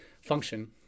function